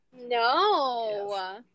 No